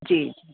जी